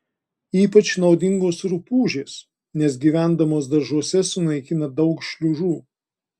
ypač naudingos rupūžės nes gyvendamos daržuose sunaikina daug šliužų